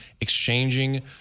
exchanging